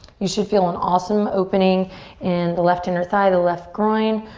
you should feel an awesome opening in the left inner thigh, the left groin.